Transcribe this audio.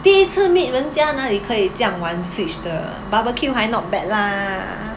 第一次 meet 人家哪里可以这样玩 switch 的 barbeque 还 not bad lah